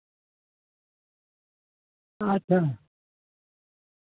ᱟᱪᱪᱷᱟ